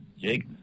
Jake